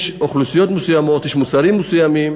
יש אוכלוסיות מסוימות, יש מוצרים מסוימים,